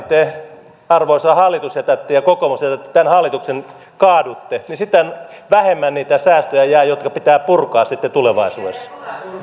te arvoisa hallitus ja kokoomus jätätte tämän hallituksen kaadutte niin sitä vähemmän niitä säästöjä jää jotka pitää purkaa sitten tulevaisuudessa